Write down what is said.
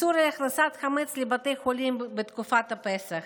איסור הכנסת חמץ לבתי חולים בתקופת הפסח?